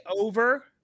over